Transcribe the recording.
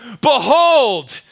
Behold